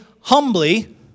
humbly